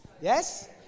Yes